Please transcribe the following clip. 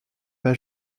pas